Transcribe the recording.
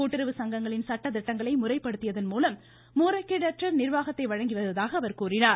கூட்டுறவு சங்கங்களின் சட்டதிட்டங்களை முறைப்படுத்தியதன் மூலம் முறைகேடற்ற நிர்வாகத்தை வழங்கி வருவதாக அவர் கூறினார்